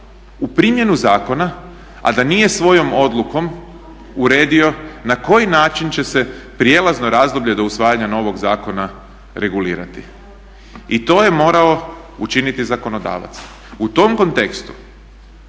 u primjenu zakona a da nije svojom odlukom uredio na koji način će se prijelazno razdoblje do usvajanja novog zakona regulirati. I to je morao učiniti zakonodavac. U tom kontekstu,